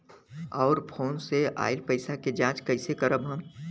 और फोन से आईल पैसा के जांच कैसे करब हम?